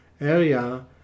area